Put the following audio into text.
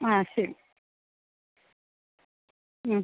ആ ശരി